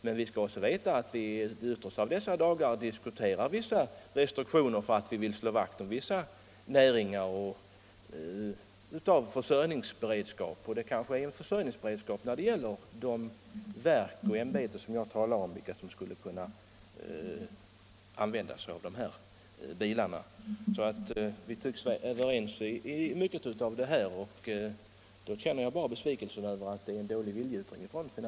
Men vi skall veta att man i de yttersta av dessa dagar diskuterar restriktioner för att slå vakt om vissa näringar och med tanke på försörjningsberedskapen. Att svenska verk och myndigheter skall använda svenska bilar är kanske en form av försörjningsberedskap. Vi tycks vara överens i mycket, och därför känner jag mig besviken över utskottets dåliga viljeyttring.